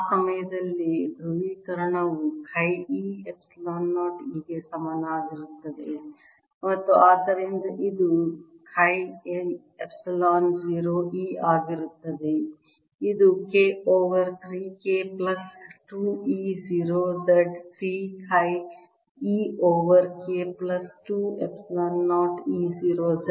ಆ ಸಮಯದಲ್ಲಿ ಧ್ರುವೀಕರಣವು ಚಿ e ಎಪ್ಸಿಲಾನ್ 0 E ಗೆ ಸಮನಾಗಿರುತ್ತದೆ ಮತ್ತು ಆದ್ದರಿಂದ ಇದು ಚಿ e ಎಪ್ಸಿಲಾನ್ 0 E ಆಗಿರುತ್ತದೆ ಇದು K over 3 K plus 2 E 0 z 3 chi e over K plus 2 epsilon 0 E 0 z